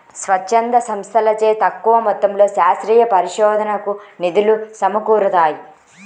స్వచ్ఛంద సంస్థలచే తక్కువ మొత్తంలో శాస్త్రీయ పరిశోధనకు నిధులు సమకూరుతాయి